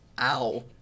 Ow